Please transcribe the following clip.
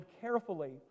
carefully